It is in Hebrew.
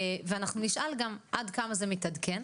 אנחנו נשאל גם עד כמה זה מתעדכן.